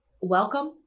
welcome